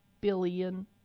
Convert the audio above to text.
billion